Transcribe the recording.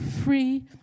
Free